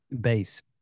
base